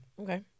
okay